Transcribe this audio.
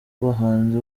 bahanzi